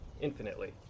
infinitely